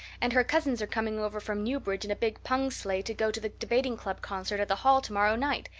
and her cousins are coming over from newbridge in a big pung sleigh to go to the debating club concert at the hall tomorrow night.